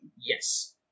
Yes